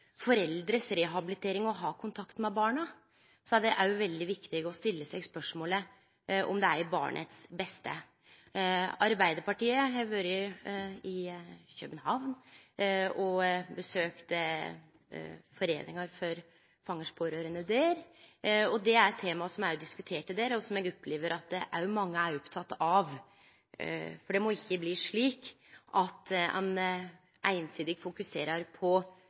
å ha kontakt med barna? Då er det òg veldig viktig å stille spørsmål ved om det er til barnets beste. Arbeidarpartiet har vore i København og besøkt Foreningen for Fangers Pårørende der, og det var eit tema som me òg diskuterte der, og som eg opplever at mange er opptekne av. Det må ikkje bli slik at ein einsidig fokuserer på